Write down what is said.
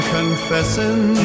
Confessing